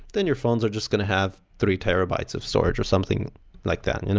then your phones are just going to have three terabytes of storage or something like that. and and